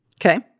Okay